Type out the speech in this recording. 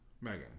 Megan